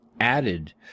added